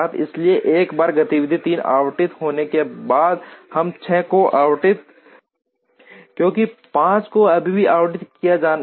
इसलिए एक बार गतिविधि 3 आवंटित होने के बाद हम 6 को आवंटित नहीं कर सकते क्योंकि 5 को अभी भी आवंटित किया जाना है